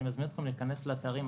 אני מזמין אתכם להיכנס לאתרים.